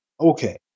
Okay